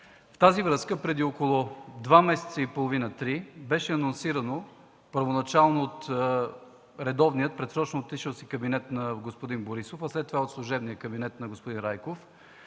с това преди около два и половина, три месеца беше анонсирана – първоначално от редовния предсрочно отишъл си кабинет на господин Борисов, а след това от служебния кабинет на господин Райков